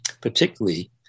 particularly